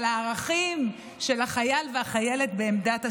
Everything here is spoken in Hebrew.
בערכים של החייל והחיילת בעמדת השמירה.